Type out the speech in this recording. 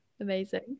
Amazing